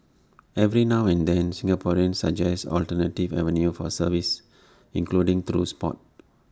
every now and then Singaporeans suggest alternative avenues for service including through Sport